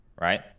Right